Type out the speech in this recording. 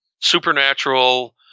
supernatural